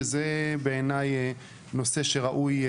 שזה בעיניי נושא שראוי,